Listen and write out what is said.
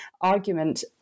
argument